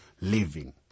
living